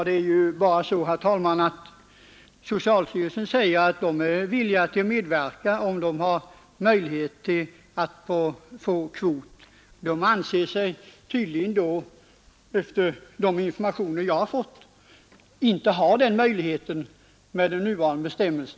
Herr talman! På socialstyrelsen är man villig att medverka, om man bara får byggnadskvot. Men enligt de informationer jag fått anser man sig inte ha några sådana möjligheter med nuvarande bestämmelser.